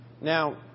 Now